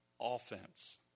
offense